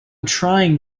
trying